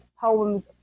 poems